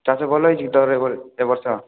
ଚାଷ ଭଲ ହେଇଛି କି ତୋର ଏବ ଏବର୍ଷ